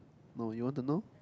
no you want to know